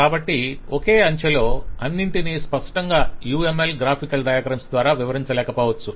కాబట్టి ఒకే అంచెలో అన్నింటినీ స్పష్టంగా UML గ్రాఫికల్ డయాగ్రమ్స్ ద్వారా వివరించలేకపోవచ్చు